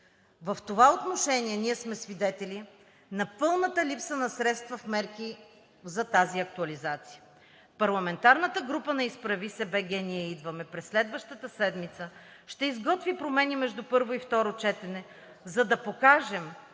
В това отношение ние сме свидетели на пълната липса на средства в мерки за тази актуализация. Парламентарната група на „Изправи се БГ! Ние идваме!“ през следващата седмица ще изготви промени между първо и второ четене, за да покажем,